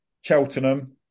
Cheltenham